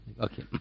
Okay